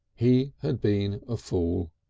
he had been a fool,